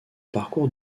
parcours